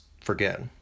forget